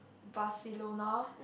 Barcelona